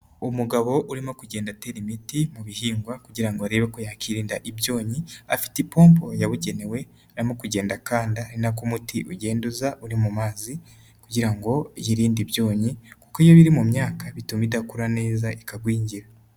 Umugabo urimo kugenda atera imiti mu bihingwa kugira ngo arebe ko yakirinda ibyonnyi, afite ipompo yabugenewe, arimo kugenda kandi ari na ko umuti ugendaza uri mu mazi agira ngo yirinde ibyonnyi kuko iyo biri mu myaka bituma idakura neza ikagwingira.